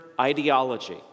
ideology